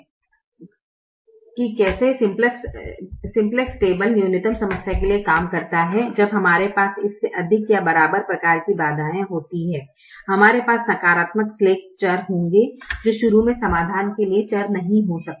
तो यह है कि कैसे सिम्प्लेक्स टेबल न्यूनतम समस्या के लिए काम करता है जब हमारे पास इससे अधिक या बराबर प्रकार की बाधाएं होती है हमारे पास नकारात्मक स्लैक चर होंगे जो शुरू मे समाधान के लिए चर नहीं हो सकते